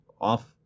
off